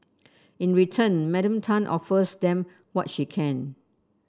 in return Madam Tan offers them what she can